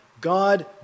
God